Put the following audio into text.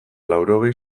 laurogei